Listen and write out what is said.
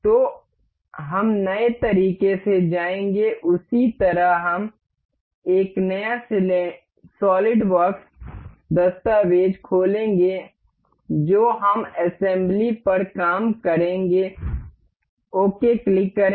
तो हम नए तरीके से जाएंगे उसी तरह हम एक नया सॉलिडवर्क्स दस्तावेज़ खोलेंगे जो हम असेंबली पर काम करेंगेओके क्लिक करें